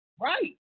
Right